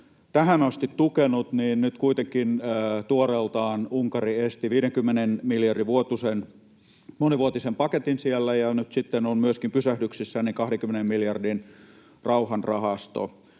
tähän asti tukenut, kuitenkin tuoreeltaan Unkari esti 50 miljardin monivuotisen paketin ja nyt sitten on myöskin pysähdyksissä 20 miljardin rauhanrahasto.